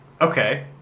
Okay